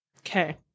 Okay